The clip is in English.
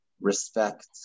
respect